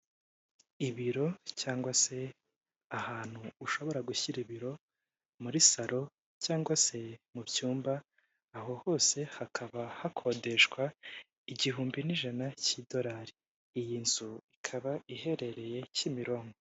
Ibiro cyangwa se ahantu ushobora gushyira ibiro muri saro cyangwa se mu cyumba aho hose hakaba hakodeshwa igihumbi n'ijana cy'idolari iyi nzu ikaba iherereye kimironko.